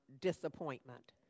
disappointment